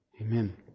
Amen